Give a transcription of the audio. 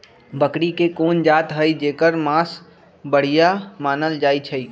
बकरी के कोन जात हई जेकर मास बढ़िया मानल जाई छई?